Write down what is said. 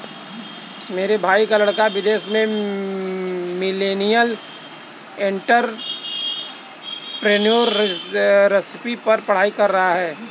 मेरे भाई का लड़का विदेश में मिलेनियल एंटरप्रेन्योरशिप पर पढ़ाई कर रहा है